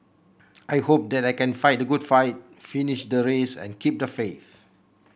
I hope that I can fight the good fight finish the race and keep the faith